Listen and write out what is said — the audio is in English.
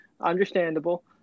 Understandable